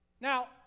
Now